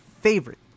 favorite